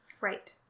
Right